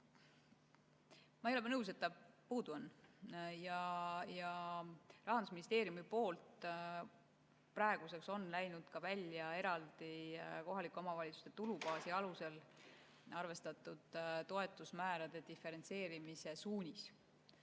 Ma ei ole nõus, et see puudu on. Rahandusministeeriumist on praeguseks välja läinud ka eraldi kohalike omavalitsuste tulubaasi alusel arvestatud toetusmäärade diferentseerimise suunis.